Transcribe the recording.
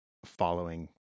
following